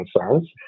concerns